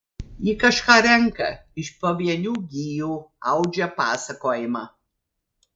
ji kažką renka iš pavienių gijų audžia pasakojimą